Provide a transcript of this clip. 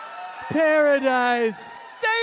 paradise